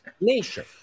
Nation